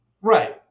Right